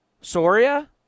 Soria